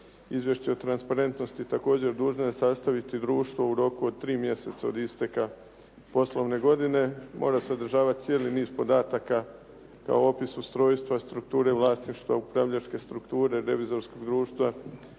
Izvješće o transparentnosti također dužno je sastaviti društvo u roku od tri mjeseca od isteka poslovne godine. Mora sadržavati cijeli niz podataka kao opis ustrojstva strukture vlasništva upravljačke strukture revizorskog društva,